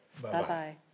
Bye-bye